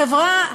החברה,